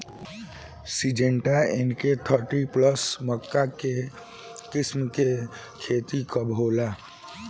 Syngenta NK thirty plus मक्का के किस्म के खेती कब होला?